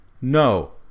No